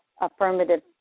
affirmative